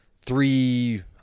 three